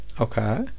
okay